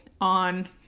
on